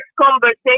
conversation